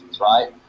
right